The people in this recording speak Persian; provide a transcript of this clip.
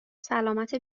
سلامت